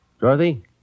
Dorothy